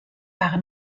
par